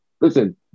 listen